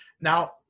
Now